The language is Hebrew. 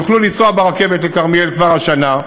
יוכלו לנסוע ברכבת לכרמיאל כבר השנה,